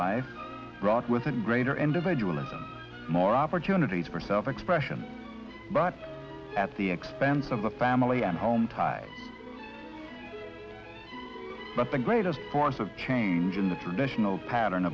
life wrought with a greater individual and more opportunities for self expression but at the expense of the family and home ties but the greatest force of change in the traditional pattern